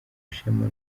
ishema